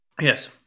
Yes